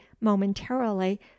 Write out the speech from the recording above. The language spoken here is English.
momentarily